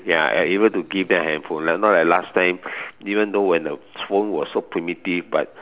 ya and able to give them a handphone not like last time even though when the phone was so primitive but